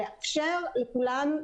לאפשר לכולם,